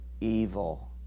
evil